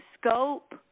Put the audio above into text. scope